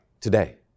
today